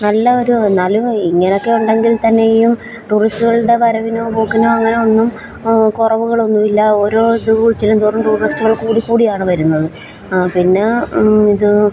നല്ല ഒരു എന്നാലും ഇങ്ങനെയൊക്കെ ഉണ്ടെങ്കിൽത്തന്നെയും ടൂറിസ്റ്റുകളുടെ ടെ വരവിനോ പോക്കിനോ അങ്ങനെയൊന്നും കുറവുകളൊന്നുമില്ല ഓരോ ഇത് ചെല്ലുന്തോറും ടൂറിസ്റ്റുകൾ കൂടിക്കൂടിയാണ് വരുന്നത് പിന്നെ ഇത്